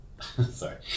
sorry